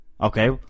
Okay